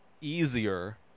easier